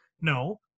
No